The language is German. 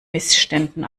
missständen